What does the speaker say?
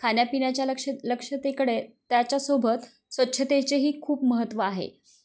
खाण्यापिण्याच्या लक्ष लक्षतेकडे त्याच्यासोबत स्वच्छतेचेही खूप महत्त्व आहे